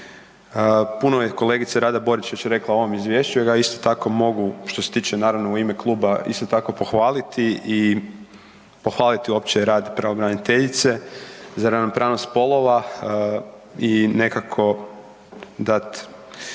Puno je kolegica Rada Borić već rekla o ovom izvješću, ja ga isto tako mogu što se tiče naravno u ime kluba isto tako pohvaliti i pohvaliti uopće rad pravobraniteljice za ravnopravnost spolova i nekako dat